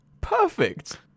perfect